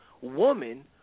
woman